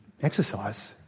exercise